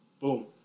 boom